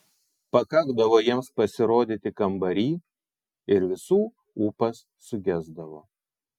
pakakdavo jiems pasirodyti kambary ir visų ūpas sugesdavo